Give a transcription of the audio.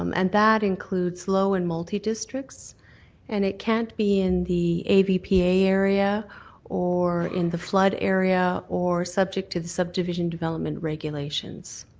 um and that includes low and multidistricts, and it can't be in the avpa area or in the flood area or subject to the subdivision development regulations.